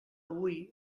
hui